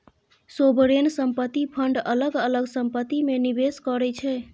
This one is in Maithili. सोवरेन संपत्ति फंड अलग अलग संपत्ति मे निबेस करै छै